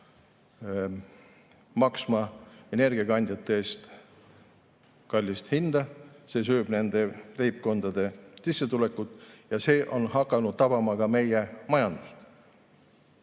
maksma energiakandjate eest kallist hinda. See sööb nende leibkondade sissetulekut ja see on hakanud tabama ka meie majandust.